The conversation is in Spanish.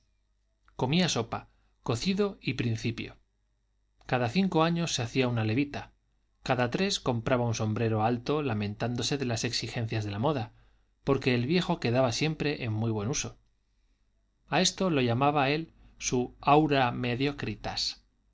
comía sopa cocido y principio cada cinco años se hacía una levita cada tres compraba un sombrero alto lamentándose de las exigencias de la moda porque el viejo quedaba siempre en muy buen uso a esto lo llamaba él su aurea